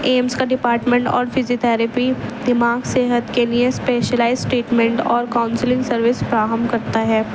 AIIMS کا department اور physiotherapy دماغ صحت کے لیے اسپیشل اسٹیٹمنٹ اور کاؤنسلنگ سروس فراہم کرتا ہے